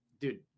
Dude